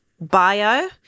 bio